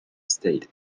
stayed